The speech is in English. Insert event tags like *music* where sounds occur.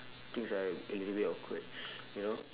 things are a little bit awkward *noise* you know